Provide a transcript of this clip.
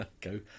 Go